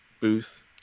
booth